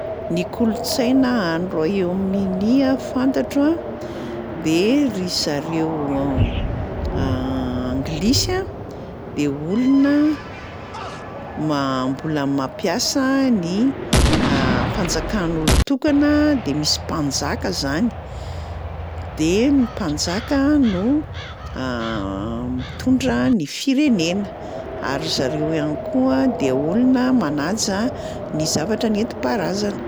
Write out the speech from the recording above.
Ny kolontsaina any Royaume-Uni a fantatro a de ry zareo anglisy a de olona ma- mbola mampiasa ny fanjakan'olon-tokana de misy mpanjaka zany. De ny mpanjaka no mitondra ny firenena. Ary ry zareo koa ihany koa de olona manaja ny zavatra nentim-paharazana.